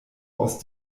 aus